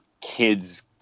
kids